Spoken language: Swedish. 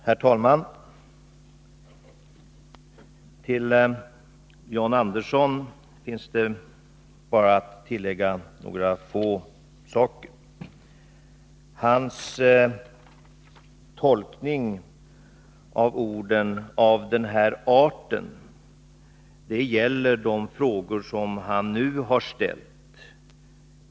Herr talman! Till vad John Andersson sade finns det bara några få saker att tillägga. Hans tolkning av orden ”av den här arten” gäller de frågor som han nu har ställt.